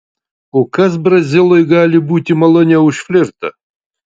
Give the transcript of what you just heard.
o kas brazilui gali būti maloniau už flirtą